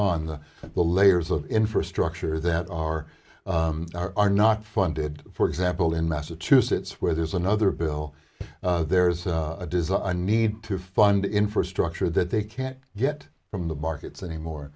on the layers of infrastructure that are are not funded for example in massachusetts where there's another bill there's a desire a need to fund infrastructure that they can't get from the markets anymore